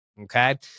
Okay